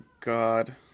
God